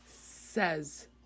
Says